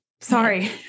sorry